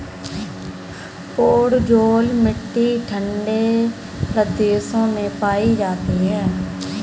podzol मिट्टी ठंडे प्रदेशों में पाई जाती है